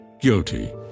guilty